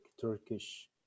Turkish